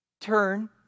Turn